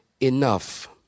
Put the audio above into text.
enough